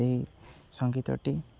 ସେ ସଙ୍ଗୀତଟି